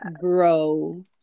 bro